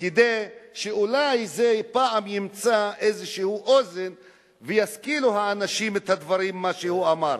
כדי שאולי זה פעם ימצא איזה איזון וישכילו האנשים מהדברים שהוא אמר.